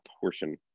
portion